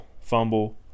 fumble